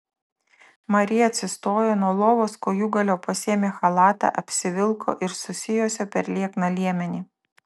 marija atsistojo nuo lovos kojūgalio pasiėmė chalatą apsivilko ir susijuosė per liekną liemenį